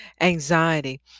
anxiety